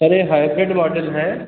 sir ये hybrid model है